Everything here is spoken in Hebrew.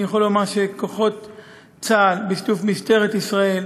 אני יכול לומר שכוחות צה"ל, בשיתוף משטרת ישראל,